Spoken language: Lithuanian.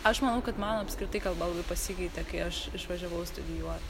aš manau kad mano apskritai kalba labai pasikeitė kai aš išvažiavau studijuot